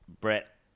Brett